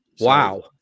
Wow